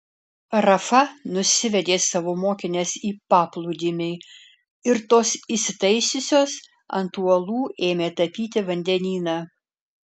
rafa nusivedė savo mokines į paplūdimį ir tos įsitaisiusios ant uolų ėmė tapyti vandenyną